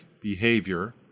behavior